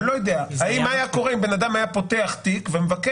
אני לא יודע מה היה קורה אם בן אדם היה פותח תיק ומבקש